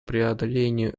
преодолению